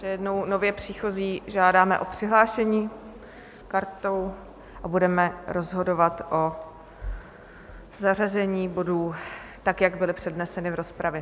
Ještě jednou nově příchozí žádáme o přihlášení kartou a budeme rozhodovat o zařazení bodů tak, jak byly předneseny v rozpravě...